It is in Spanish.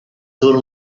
sur